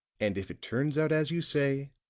and if it turns out as you say,